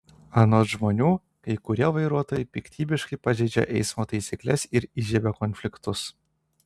anot žmonių kai kurie vairuotojai piktybiškai pažeidžia eismo taisykles ir įžiebia konfliktus